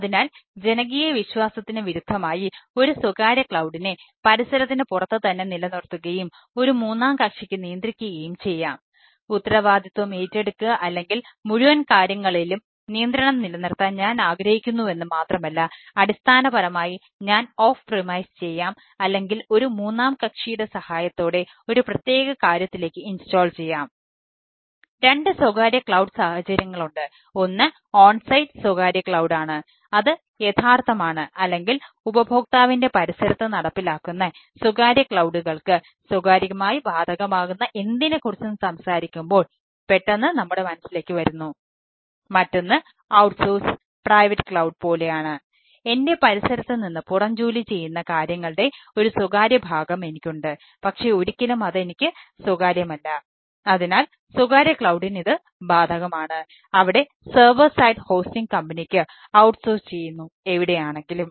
അതിനാൽ ജനകീയ വിശ്വാസത്തിന് വിരുദ്ധമായി ഒരു സ്വകാര്യ ക്ലൌഡിനെ ചെയ്യുന്നു എവിടെയാണെങ്കിലും